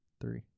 three